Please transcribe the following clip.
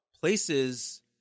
places